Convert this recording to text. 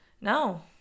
No